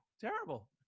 terrible